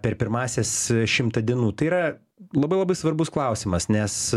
per pirmąsias šimtą dienų tai yra labai labai svarbus klausimas nes